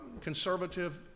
conservative